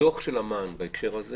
הדוח של אמ"ן בהקשר הזה